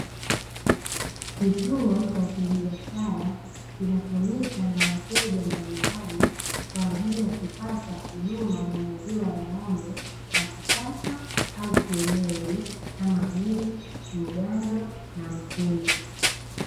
Kituo cha kibiashara kinatumika na wateja mbalimbali kwa ajili yakupata huduma ya maziwa ya ng'ombe wa kisasa au kienyeji kama vile mgando na mtindi.